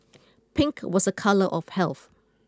pink was a colour of health